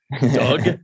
Doug